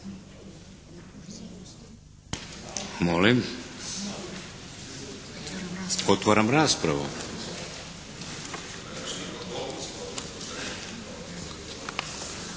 Molim. Otvaram raspravu.